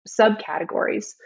subcategories